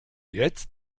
jetzt